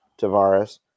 Tavares